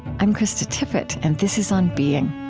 i'm krista tippett, and this is on being